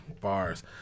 Bars